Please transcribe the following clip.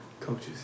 coaches